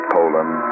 Poland